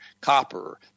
copper